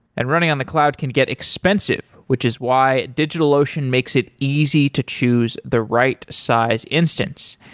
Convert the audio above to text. and running on the cloud can get expensive, which is why digitalocean makes it easy to choose the right size instance.